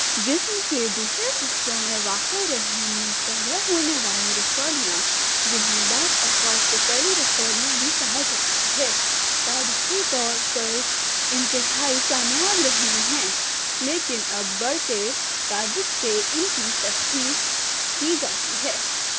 جسم کے دوسرے حصوں میں واقع رحم میں پیدا ہونے والی رسولیاں جنہیں بعض اوقات طفیلی رسولیاں بھی کہا جاتا ہے تاریخی طور پر انتہائی کامیاب رہیں ہیں لیکن اب بڑھتے تعدد سے ان کی ترخیص کی جاتی ہے